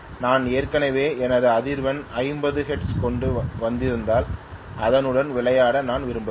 நான் ஏற்கனவே எனது அதிர்வெண்ணை 50 ஹெர்ட்ஸாகக் கொண்டு வந்திருந்தால் அதனுடன் விளையாட நான் விரும்பவில்லை